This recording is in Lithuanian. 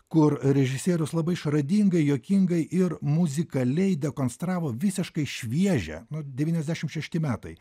kur režisierius labai išradingai juokingai ir muzikaliai dekonstravo visiškai šviežią nu devyniasdešimt šešti metai